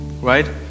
right